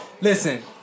Listen